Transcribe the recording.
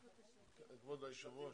בהצלחה.